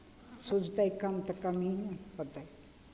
सुझतै कम तऽ कम्मे ने होतै